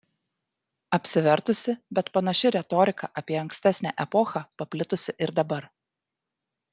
apsivertusi bet panaši retorika apie ankstesnę epochą paplitusi ir dabar